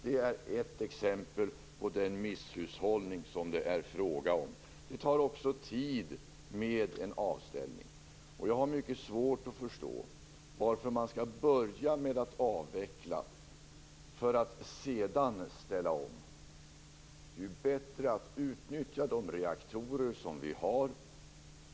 Det är ett exempel på den misshushållning som det är fråga om. En avställning tar också tid. Jag har mycket svårt att förstå varför man skall börja med att avveckla för att sedan ställa om. Det är ju bättre att utnyttja de reaktorer som vi har.